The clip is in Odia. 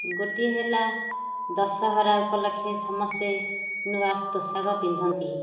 ଗୋଟିଏ ହେଲା ଦଶହରା ଉପଲକ୍ଷେ ସମସ୍ତେ ନୂଆ ପୋଷାକ ପିନ୍ଧନ୍ତି